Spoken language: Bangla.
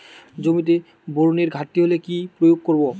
জমিতে বোরনের ঘাটতি হলে কি প্রয়োগ করব?